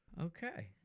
Okay